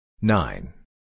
Nine